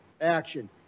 action